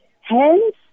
Hence